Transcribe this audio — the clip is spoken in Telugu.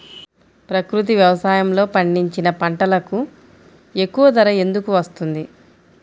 ప్రకృతి వ్యవసాయములో పండించిన పంటలకు ఎక్కువ ధర ఎందుకు వస్తుంది?